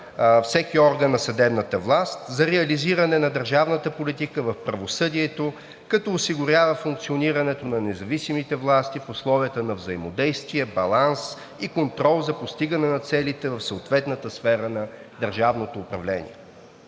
всеки орган на съдебната власт за реализиране на държавната политика в правосъдието, като осигурява функционирането на независимите власти в условията на взаимодействие, баланс и контрол за постигане на целите в съответната сфера на държавното управление.“